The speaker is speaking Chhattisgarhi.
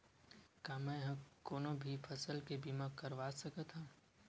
का मै ह कोनो भी फसल के बीमा करवा सकत हव?